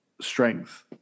strength